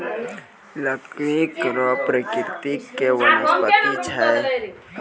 लकड़ी कड़ो प्रकृति के वनस्पति छै